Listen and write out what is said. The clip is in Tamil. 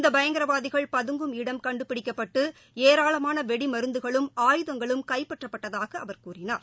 இந்த பயங்கரவாதிகளின் பதங்கும் இடம் கண்டுபிடிக்கப்பட்டு ஏராளமான வெடிமருந்துகளும் ஆயுதங்களும் கைப்பற்றப்பட்டதாக அவர் கூறினார்